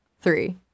three